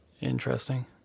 Interesting